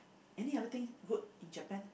any other thing good in Japan